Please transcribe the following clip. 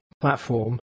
platform